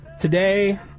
Today